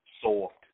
soft